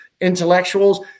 intellectuals